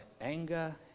anger